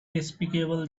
despicable